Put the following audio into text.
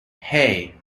hey